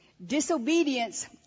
disobedience